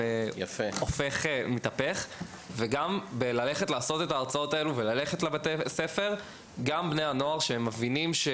גם בללכת לבתי ספר ולהעביר הרצאות,